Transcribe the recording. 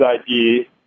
ID